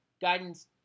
Guidance